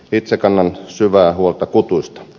itse kannan syvää huolta kutuista